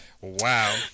Wow